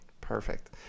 Perfect